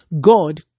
God